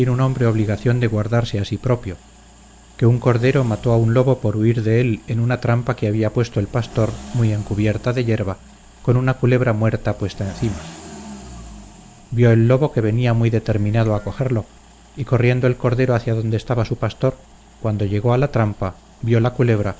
un hombre obligación de guardarse a sí propio que un cordero mató a un lobo por huir de él en una trampa que había puesto el pastor muy encubierta de yerba con una culebra muerta puesta encima vio el lobo que venía muy determinado a cogerlo y corriendo el cordero hacia donde estaba su pastor cuando llegó a la trampa vio la culebra